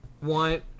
one